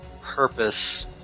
purpose